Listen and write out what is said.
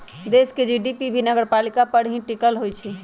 देश के जी.डी.पी भी नगरपालिका पर ही टिकल होई छई